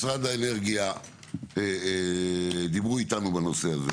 משרד האנרגיה דיברו איתנו בנושא הזה,